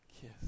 kiss